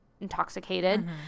intoxicated